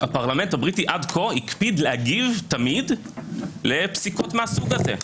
הפרלמנט הבריטי הקפיד עד כה להגיב תמיד לפסיקות מהסוג הזה,